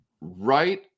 Right